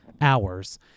hours